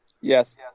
Yes